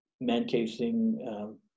man-casing